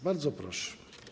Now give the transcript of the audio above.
Bardzo proszę.